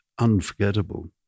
unforgettable